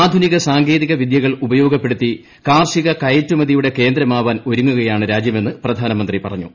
ആധുനിക സാങ്കേതിക വിദ്യകൾ ഉപയോഗപ്പെടുത്തി കാർഷിക കയറ്റുമതിയുടെ കേന്ദ്രമാവാൻ ഒരുങ്ങുകയാണ് രാജ്യമെന്ന് പ്രധാനമന്ത്രി പറഞ്ഞു